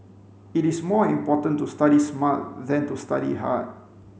it is more important to study smart than to study hard